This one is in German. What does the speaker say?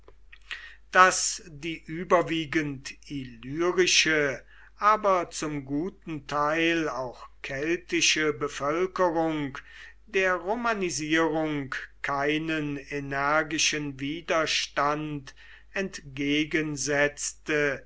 daß die überwiegend illyrische aber zum guten teil auch keltische bevölkerung der romanisierung keinen energischen widerstand